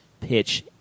pitch